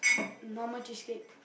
normal cheesecake